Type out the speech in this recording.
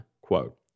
quote